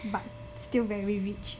but still very rich